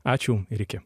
ačiū ir iki